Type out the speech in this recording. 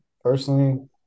personally